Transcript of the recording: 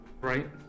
right